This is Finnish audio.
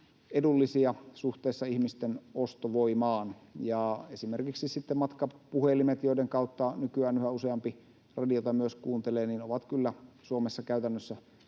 edullisia suhteessa ihmisten ostovoimaan. Esimerkiksi matkapuhelimet, joiden kautta nykyään yhä useampi radiota kuuntelee, ovat kyllä Suomessa käytännössä